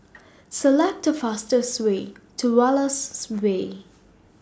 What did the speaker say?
Select The fastest Way to Wallace Way